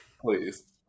Please